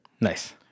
Nice